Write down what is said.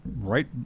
Right